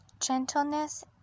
Gentleness